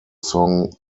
song